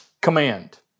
command